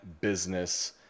business